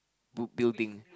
boo~ building